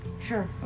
sure